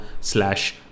slash